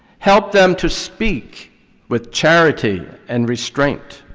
help them to speak with charity and restraint.